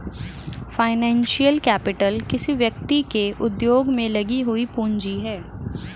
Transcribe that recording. financial capital किसी व्यक्ति के उद्योग में लगी हुई पूंजी है